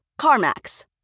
CarMax